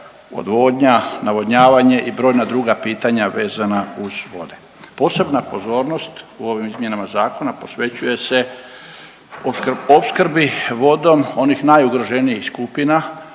odvodnja, navodnjavanje i brojna druga pitanja vezana uz vode. Posebna pozornost u ovim izmjenama Zakona posvećuje se opskrbi vodom onih najugroženijih skupina,